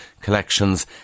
collections